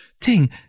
Ting